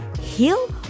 heal